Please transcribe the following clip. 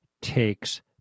takes